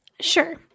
Sure